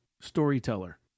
storyteller